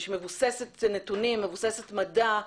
שמבוססת נתונים, מבוססת מדע,